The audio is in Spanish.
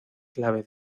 clave